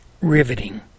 riveting